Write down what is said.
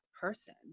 person